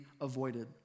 avoided